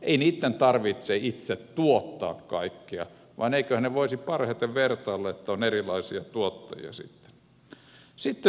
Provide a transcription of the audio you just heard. ei niitten tarvitse itse tuottaa kaikkea vaan eiköhän ne voisi parhaiten vertailla että on erilaisia tuottajia sitten